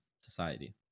society